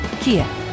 Kia